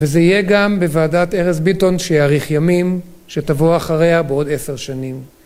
וזה יהיה גם בוועדת ארז ביטון שיאריך ימים, שתבוא אחריה בעוד עשר שנים